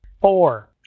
four